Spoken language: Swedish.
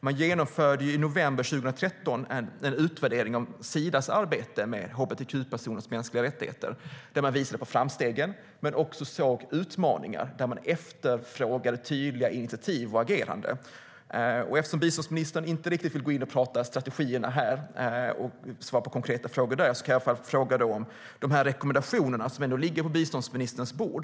Man genomförde i november 2013 en utvärdering om Sidas arbete med hbtq-personers mänskliga rättigheter, där man visade på framstegen men också såg utmaningar för vilka man efterfrågade tydliga initiativ och ageranden. Eftersom biståndsministern inte riktigt vill gå in och tala om strategierna här och svara på konkreta frågor kan jag i alla fall fråga om de rekommendationer som ligger på biståndsministerns bord.